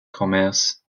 commerce